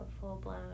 full-blown